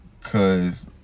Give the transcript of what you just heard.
Cause